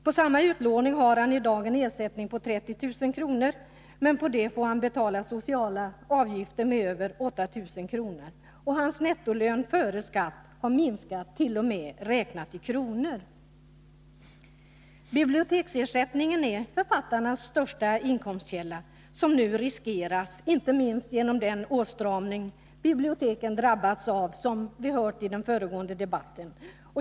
På samma utlåning har han i dag en ersättning på 30 000 kr., men på det får han betala sociala avgifter med över 8 000 kr. Hans nettolön före skatt har minskat t.o.m. räknat i kronor. Biblioteksersättningen är författarnas största inkomstkälla. Den riskeras nu inte minst genom den åtstramning som biblioteken drabbas av, vilket vi hört i den föregående debatten.